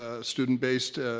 ah student baseed